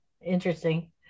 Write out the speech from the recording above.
Interesting